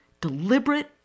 deliberate